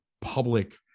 public